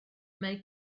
mae